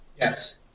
Yes